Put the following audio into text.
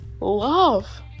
love